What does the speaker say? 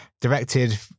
directed